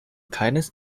keines